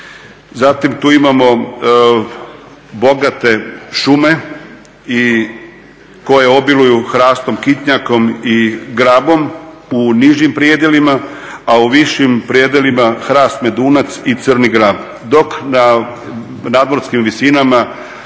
zatim tu imamo bogate šume koje obiluju hrastom kitnjakom i grabom u nižim predjelima, a u višim predjelima hrast medunac i crni grab. Dok na nadmorskim visinama